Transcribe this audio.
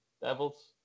Devils